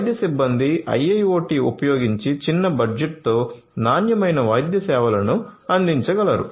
వైద్య సిబ్బంది IIoT ఉపయోగించి చిన్న బడ్జెట్తో నాణ్యమైన వైద్య సేవలను అందించగలరు